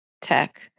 tech